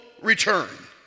return